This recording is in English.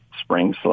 spring